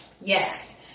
Yes